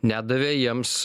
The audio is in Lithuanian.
nedavė jiems